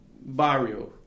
barrio